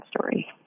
story